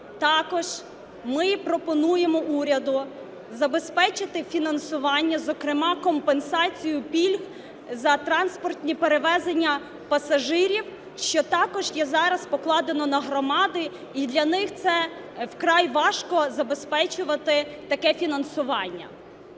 Також ми пропонуємо уряду забезпечити фінансування, зокрема компенсацію пільг за транспортні перевезення пасажирів, що також є зараз покладено на громади, і для них це вкрай важко забезпечувати таке фінансування.